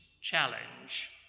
challenge